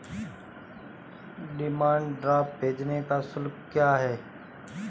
Demand draft भेजने का शुल्क क्या है?